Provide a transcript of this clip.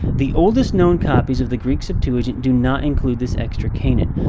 the oldest known copies of the greek septuagint do not include this extra, cainan.